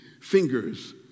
fingers